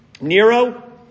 Nero